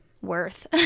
worth